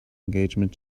engagement